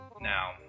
Now